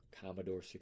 Commodore